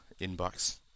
inbox